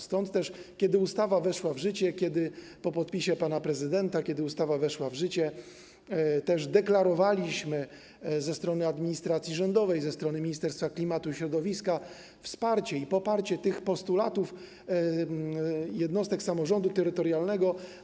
Stąd też kiedy ustawa weszła w życie, kiedy po podpisie pana prezydenta ustawa weszła w życie, deklarowaliśmy ze strony administracji rządowej, ze strony Ministerstwa Klimatu i Środowiska wsparcie i poparcie tych postulatów jednostek samorządu terytorialnego.